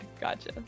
gotcha